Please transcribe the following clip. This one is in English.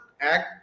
act